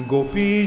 Gopi